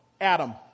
Adam